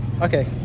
Okay